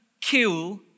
kill